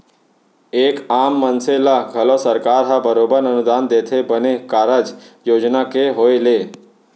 एक आम मनसे ल घलौ सरकार ह बरोबर अनुदान देथे बने कारज योजना के होय ले